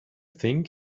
think